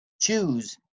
Choose